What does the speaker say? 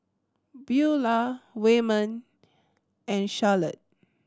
Buelah Wayman and Charolette